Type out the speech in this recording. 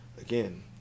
again